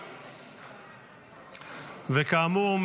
וכאמור,